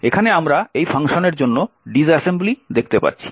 এখানে আমরা এই ফাংশনের জন্য ডিস অ্যাসেম্বলি দেখতে পাচ্ছি